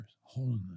wholeness